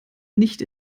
nicht